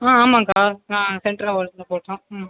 ஆமாம் அக்கா நான் சென்டரில் ஒர்க் பண்ணிட்டு இருக்கேன்